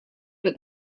but